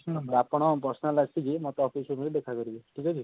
ଶୁଣନ୍ତୁ ଆପଣ ପର୍ସନାଲ୍ ଆସିକି ମୋତେ ଅଫିସ୍ ରୁମ୍ରେ ଦେଖା କରିବେ ଠିକ୍ ଅଛି